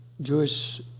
Jewish